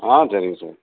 ஆ சரிங்க சார்